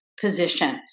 position